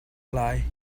lai